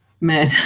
men